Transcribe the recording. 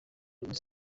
ubundi